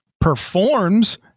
performs